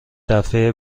دفعه